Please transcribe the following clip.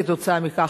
כתוצאה מכך,